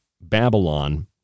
Babylon